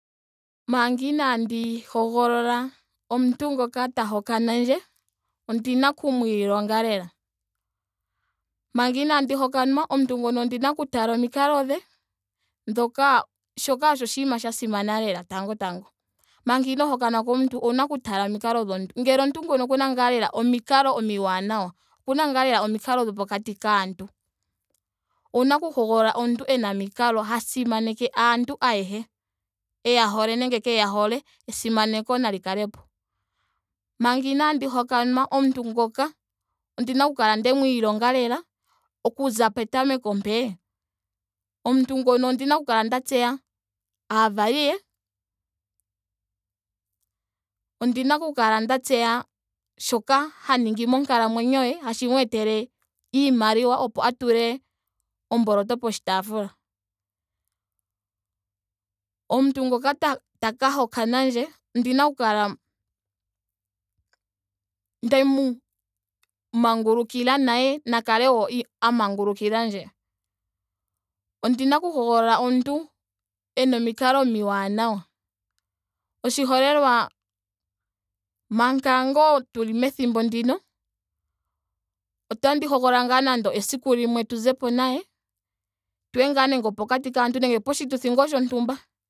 Manga inaandi hogolola omuntu ngoka ta hokanandje ondina okumu ilonga lela. Manga inaandi hokanwa omuntu ngoka ondina okutala omikalo dhe. dhoka shoka osho oshinima sha simana lela tango tango. Manga ihoo hokanwa komuntu owuna okutala omikalo dhomuntu ngele omuntu ngoka okuna ngaa lela omikalo omiwanawa. okuna ngaa omikalo dhopokati kaantu. Omuna oku hogolola omuntu ena omikalo ha simaneke aantu ayehe. eya hole nenge keeya hole. esimaneko nali kalepo. Manga inaandi hokanwa omuntu ngoka ondina oku kala ndmu ilonga lela okuza petameko mpee. Omuntu ngono ondina oku kala nda tseya aavali ye. ondina oku kala nda tseya shoka ha ningi monkalamwenyo ye. hashi mu etele iimaliwa opo a tule omboloto poshitaafula. Omuntu ngoka taga hokana ndje ondina oku kala ndemu mangulukila. naye a na kale wo a mangulukilandje. Ondina oku hogolola omuntu ena omikalo omiiwanawa. Oshiholelwa manga ngaa tuli methimbo ndino otandi hogolola ngaa nando esiku limwe t uzepo naye tuye ngaa naye pokati kaantu nenge poshituthi ngaa shontumba